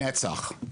נצח.